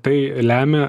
tai lemia